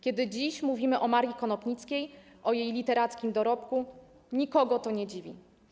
Kiedy dziś mówimy o Marii Konopnickiej, o jej literackim dorobku, nikogo to nie dziwi.